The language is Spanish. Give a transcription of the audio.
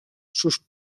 sus